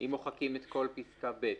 אם מוחקים את כל פסקה (ב),